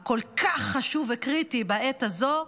החשוב וקריטי כל כך בעת הזו,